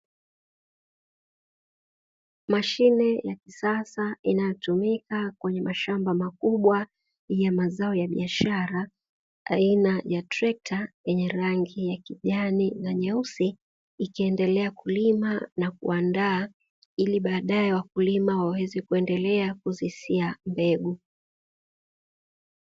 Mashine ya kisasa inayotumika kwenye mashamba makubwa ya mazao ya biashara aina ya trekta yenye rangi ya kijani na nyeusi, ikiendelea kulima na kuandaa ili baadaye wakulima waweze kuendelea kuzisia mbegu.